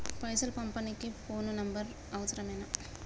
పైసలు పంపనీకి phone number అవసరమేనా?